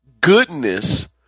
goodness